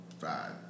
five